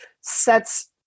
sets